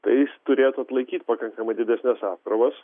tai jis turėtų atlaikyt pakankamai didesnes apkrovas